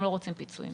הם לא רוצים פיצויים.